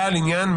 בעל עניין,